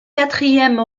quatrième